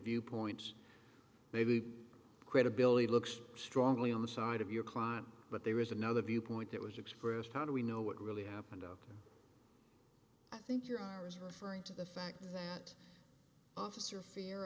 viewpoints maybe credibility looks strongly on the side of your client but there is another viewpoint that was expressed how do we know what really happened i think you're i was referring to the fact that officer f